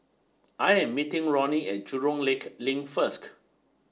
I am meeting Ronnie at Jurong Lake Link first